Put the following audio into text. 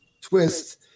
twist